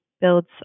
builds